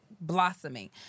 blossoming